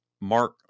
Mark